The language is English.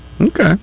Okay